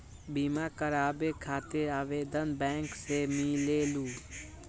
बिमा कराबे खातीर आवेदन बैंक से मिलेलु?